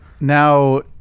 Now